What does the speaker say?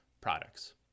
products